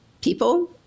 people